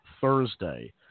Thursday